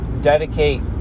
dedicate